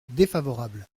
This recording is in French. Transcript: défavorable